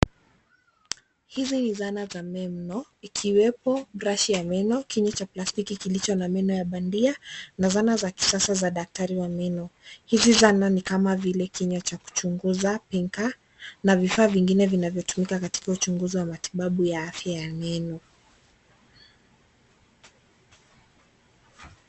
Hizi ni zana za meno ikiwepo brashi ya meno, kinywa cha plastiki kilicho na meno ya bandia na zana za kisasa za daktari wa meno. Hizi zana ni kama vile kinywa cha kuchunguza pinka na vifaa vingine vinavyotumika katika uchunguzi wa matibabu ya afya ya meno.